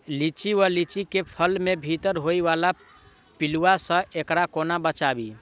लिच्ची वा लीची केँ फल केँ भीतर होइ वला पिलुआ सऽ एकरा कोना बचाबी?